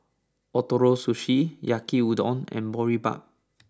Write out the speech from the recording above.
Ootoro Sushi Yaki udon and Boribap